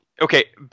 okay